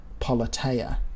politeia